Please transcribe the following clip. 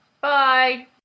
Bye